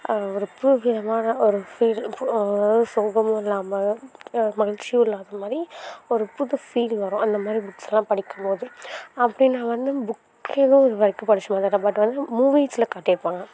ஒரு புதுவிதமான ஒரு ஃபீல் சோகமும் இல்லாமல் மகிழ்ச்சியும் இல்லாதாமாதிரி ஒரு புது ஃபீல் வரும் அந்தமாதிரி புக்ஸ்லாம் படிக்கும்போது அப்படி நான் வந்து புக் எதுவும் இதுவரைக்கும் படிச்சமாதிரி இல்லை பட் வந்து மூவிஸில்